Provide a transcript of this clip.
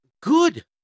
good